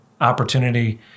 opportunity